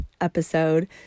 episode